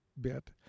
bit